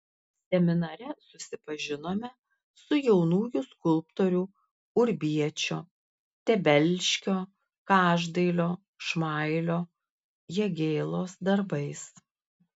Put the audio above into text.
seminare susipažinome su jaunųjų skulptorių urbiečio tebelškio každailio šmailio jagėlos darbais